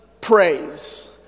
praise